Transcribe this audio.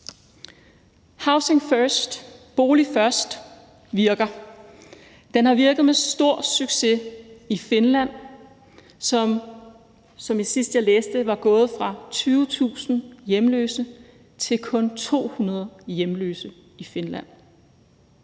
Housing first – bolig først – virker. Den har virket med stor succes i Finland, som, sidst jeg læste det, var gået fra 20.000 hjemløse til kun 200 hjemløse. I Danmark